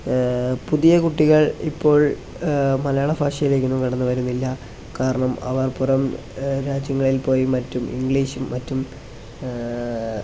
പുതിയ കുട്ടികൾ ഇപ്പോൾ മലയാള ഭാഷയിലേക്കൊന്നും കടന്നു വരുന്നില്ല കാരണം അവർ പുറം രാജ്യങ്ങളിൽ പോയി മറ്റും ഇംഗ്ലീഷും മറ്റും